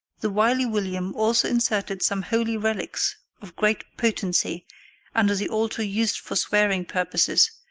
the wily william also inserted some holy relics of great potency under the altar used for swearing purposes,